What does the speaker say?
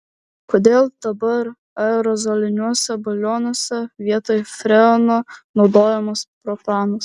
kodėl dabar aerozoliniuose balionėliuose vietoj freono naudojamas propanas